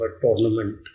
tournament